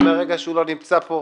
ומרגע שהוא לא נמצא פה,